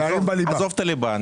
עזוב את הליבה.